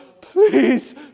please